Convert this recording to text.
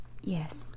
Yes